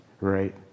Right